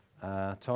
Tom